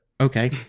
Okay